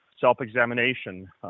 self-examination